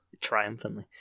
Triumphantly